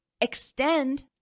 extend